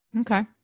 okay